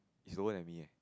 he's lower than me eh